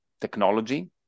technology